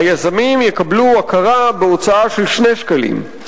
היזמים יקבלו הכרה בהוצאה של 2 שקלים.